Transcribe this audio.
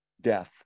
death